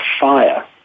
fire